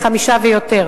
הדברים.